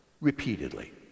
repeatedly